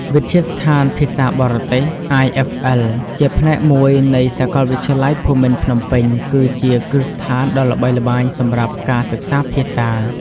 វិទ្យាស្ថានភាសាបរទេស (IFL) ជាផ្នែកមួយនៃសាកលវិទ្យាល័យភូមិន្ទភ្នំពេញ គឺជាគ្រឹះស្ថានដ៏ល្បីល្បាញសម្រាប់ការសិក្សាភាសា។